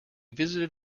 visited